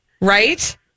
Right